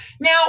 Now